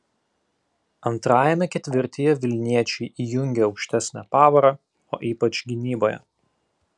antrajame ketvirtyje vilniečiai įjungė aukštesnę pavarą o ypač gynyboje